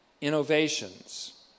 innovations